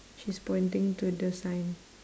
she's pointing to the sign